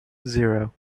zero